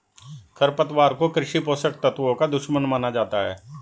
खरपतवार को कृषि पोषक तत्वों का दुश्मन माना जाता है